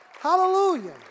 Hallelujah